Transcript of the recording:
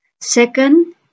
Second